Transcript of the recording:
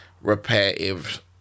repetitive